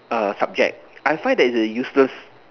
err subject I find that it's a useless